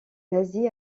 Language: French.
nazis